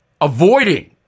avoiding